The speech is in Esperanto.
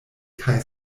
kaj